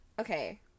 okay